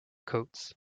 coates